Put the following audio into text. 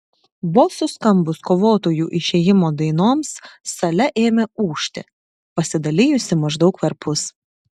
vos suskambus kovotojų išėjimo dainoms sale ėmė ūžti pasidalijusi maždaug perpus